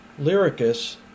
Lyricus